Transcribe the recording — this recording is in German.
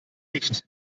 nicht